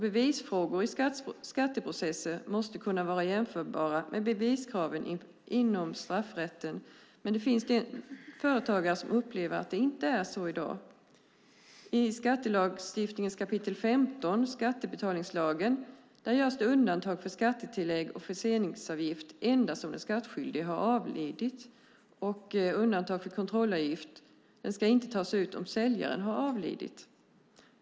Bevisfrågor i skatteprocesser måste kunna vara jämförbara med beviskraven inom straffrätten. Det finns företagare som upplever att det inte är så i dag. I skattelagstiftningens kap. 15, skattebetalningslagen, görs det undantag för skattetillägg och förseningsavgift endast om den skattskyldige har avlidit. Undantaget för kontrollavgiften är att den inte ska tas ut om säljaren har avlidit.